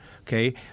Okay